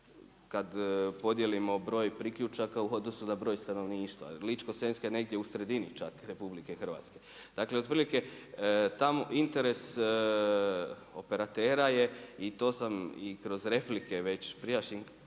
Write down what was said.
kad podijelimo broj priključaka u odnosu na broj stanovništva. Ličko-senjska je negdje u sredini čak RH. Dakle, otprilike tamo interes operatera i to sam i kroz replike već prijašnjim